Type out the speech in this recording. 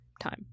time